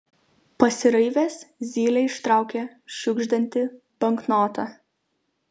pasiraivęs zylė ištraukė šiugždantį banknotą